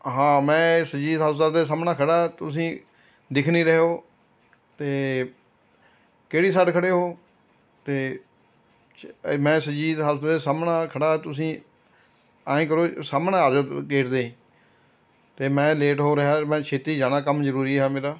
ਹਾਂ ਮੈਂ ਸੁਰਜੀਤ ਹਸਪਤਾਲ ਦੇ ਸਾਹਮਣੇ ਖੜ੍ਹਾ ਤੁਸੀਂ ਦਿਖ ਨਹੀਂ ਰਹੇ ਹੋ ਅਤੇ ਕਿਹੜੀ ਸਾਈਡ ਖੜ੍ਹੇ ਹੋ ਅਤੇ ਮੈਂ ਸੁਰਜੀਤ ਹਸਪਤਾਲ ਦੇ ਸਾਹਮਣੇ ਖੜ੍ਹਾ ਤੁਸੀਂ ਐਂ ਕਰੋ ਸਾਹਮਣੇ ਆ ਜਾਉ ਗੇਟ ਦੇ ਅਤੇ ਮੈਂ ਲੇਟ ਹੋ ਰਿਹਾ ਮੈਂ ਛੇਤੀ ਜਾਣਾ ਕੰਮ ਜ਼ਰੂਰੀ ਹੈ ਮੇਰਾ